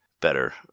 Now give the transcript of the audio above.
better